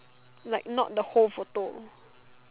like not the whole photo